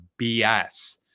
BS